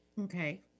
Okay